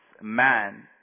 man